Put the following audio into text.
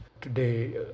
today